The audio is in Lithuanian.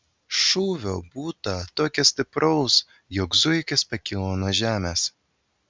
šūvio būta tokio stipraus jog zuikis pakilo nuo žemės